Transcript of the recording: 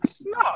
No